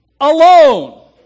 Alone